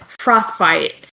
frostbite